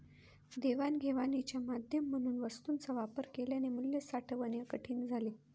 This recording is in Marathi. देवाणघेवाणीचे माध्यम म्हणून वस्तूंचा वापर केल्याने मूल्य साठवणे कठीण झाले